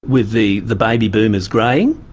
with the the baby boomers greying,